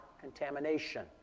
contamination